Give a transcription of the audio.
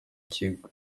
ikigo